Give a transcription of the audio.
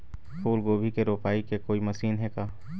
फूलगोभी के रोपाई के कोई मशीन हे का?